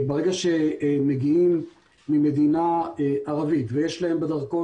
ברגע שמגיעים ממדינה ערבית ויש להם בדרכון